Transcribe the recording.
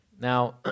Now